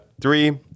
three